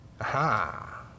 Aha